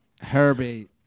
Herbie